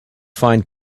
find